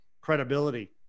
credibility